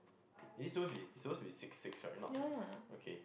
it shows with it shows with six six right not like okay